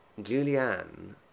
Julianne